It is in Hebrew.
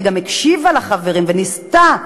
וגם הקשיבה לחברים וניסתה,